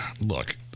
look